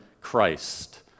Christ